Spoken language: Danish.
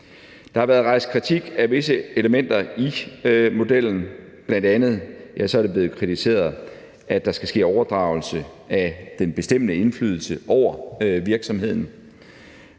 Der har været rejst kritik af visse elementer i modellen. Bl.a. er det blevet kritiseret, at der skal ske overdragelse af den bestemmende indflydelse over virksomheden.